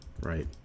right